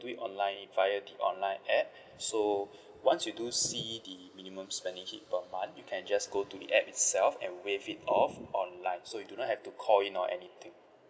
do it online via the online app so once you do see the minimum spending hit per month you can just go to the app itself and waive it off online so you do not have to call in or anything